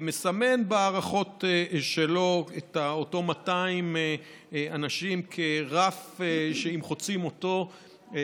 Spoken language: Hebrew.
מסמן בהערכות שלו את אותם 200 אנשים כרף שאם חוצים אותו,